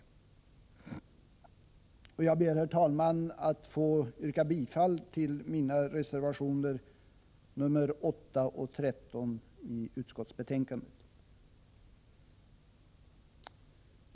Jag ber, herr talman, att få yrka bifall till mina reservationer 8 och 13.